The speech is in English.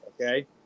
Okay